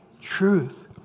Truth